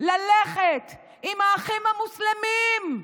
ללכת עם האחים המוסלמים,